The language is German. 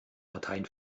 parteien